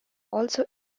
also